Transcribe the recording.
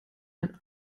ein